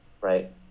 right